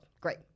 Great